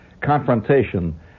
confrontation